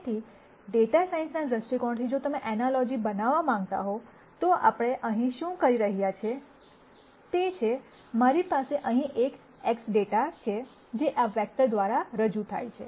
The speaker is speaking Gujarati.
તેથી ડેટા સાયન્સના દૃષ્ટિકોણથી જો તમે એનાલજી બનાવવા માંગતા હો તો આપણે અહીં શું કહી રહ્યા છીએ તે છે મારી પાસે અહીં એક X ડેટા છે જે આ વેક્ટર દ્વારા રજૂ થાય છે